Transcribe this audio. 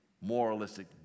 moralistic